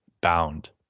bound